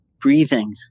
breathing